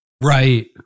Right